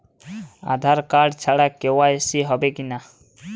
আধার card ছাড়া KYC হবে কিনা?